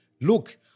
look